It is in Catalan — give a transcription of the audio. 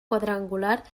quadrangular